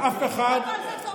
ואף אחד,